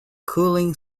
cooling